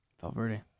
Valverde